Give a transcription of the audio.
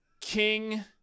King